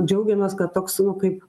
džiaugiamės kad toks nu kaip